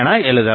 எழுதலாம்